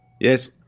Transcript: Yes